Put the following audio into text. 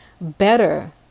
better